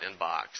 inbox